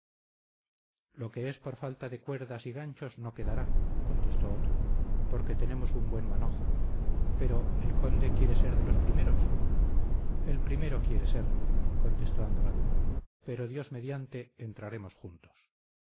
lo que es por falta de cuerdas y ganchos no quedará contestó otro porque tenemos un buen manojo pero el conde quiere ser de los primeros el primero quiere ser contestó andrade pero dios mediante entraremos juntos